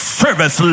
service